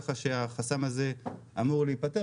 כך שהחסם הזה אמור להיפתר,